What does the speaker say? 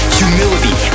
humility